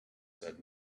said